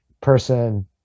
person